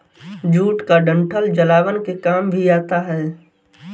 jute का डंठल जलावन के काम भी आता है